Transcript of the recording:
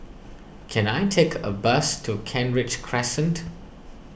can I take a bus to Kent Ridge Crescent